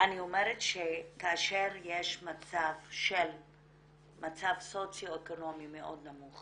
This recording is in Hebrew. כאשר יש מצב סוציו אקונומי מאוד נמוך